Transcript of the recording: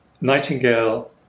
Nightingale